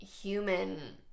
human